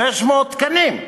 600 תקנים,